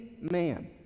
man